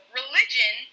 religion